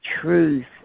truth